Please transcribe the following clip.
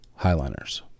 highliners